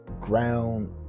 ground